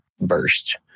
burst